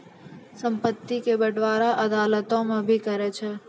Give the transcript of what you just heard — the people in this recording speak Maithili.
संपत्ति के बंटबारा अदालतें भी करै छै